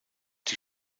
die